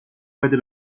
بده